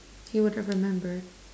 if you were to remember